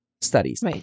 studies